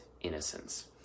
innocence